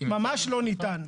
ממש לא ניתן.